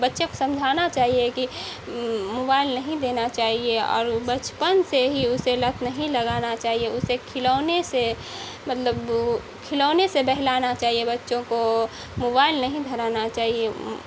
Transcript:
بچے کو سمجھانا چاہیے کہ موبائل نہیں دینا چاہیے اور بچپن سے ہی اسے لت نہیں لگانا چاہیے اسے کھلونے سے مطلب کھلونے سے بہلانا چاہیے بچوں کو موبائل نہیں دھرانا چاہیے